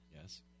Yes